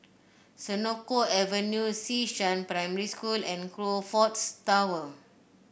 Senoko Avenue Xishan Primary School and Crockfords Tower